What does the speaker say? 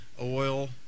oil